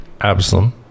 Absalom